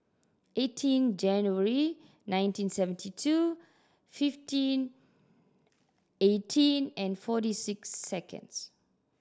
eighteen January nineteen seventy two fifteen eighteen and forty six seconds